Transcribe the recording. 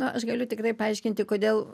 na aš galiu tikrai paaiškinti kodėl